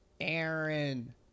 Aaron